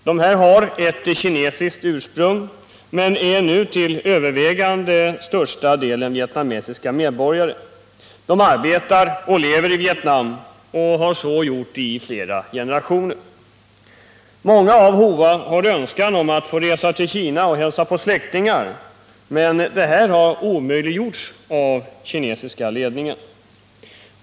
De har kinesiskt ursprung men är nu till övervägande delen vietnamesiska medborgare. De arbetar och lever i Vietnam och har så gjort i flera generationer. Många av Hoa har önskan om att få resa till Kina och hälsa på släktingar, men detta har omöjliggjorts av den kinesiska ledningen.